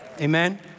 Amen